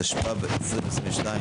התשפ"ב-2022,